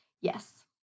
Yes